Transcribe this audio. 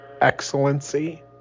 excellency